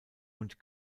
und